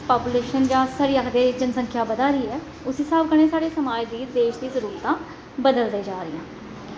population जां साढ़े आखदे जनसंख्या बधा दी ऐ उस स्हाब कन्नै साढ़े समाज दी देश दी जरूरतां बदलदे जा दियां